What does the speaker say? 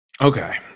Okay